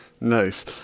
nice